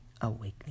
Awakening